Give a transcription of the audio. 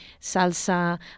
salsa